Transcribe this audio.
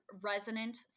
resonant